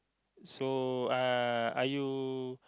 so are are you